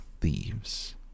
thieves